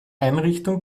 einrichtung